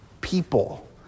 people